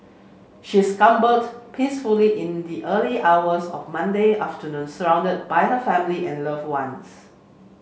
she succumbed peacefully in the early hours of Monday afternoon surrounded by her family and loved ones